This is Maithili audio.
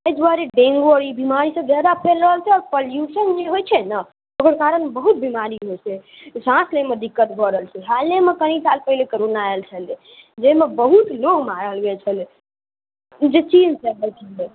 अइ दुआरे डेंगू आओर ई बीमारी सब जादा फैल रहल छै आओर पॉल्यूशन जे होइ छै ने तकरा कारण बहुत बीमारी होइ छै साँस लैमे दिक्कत भऽ रहल छै हालेमे कनि साल पहिने करोना आयल छलै जाहिमे बहुत लोग मारल गेल छलै